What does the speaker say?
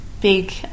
big